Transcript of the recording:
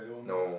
no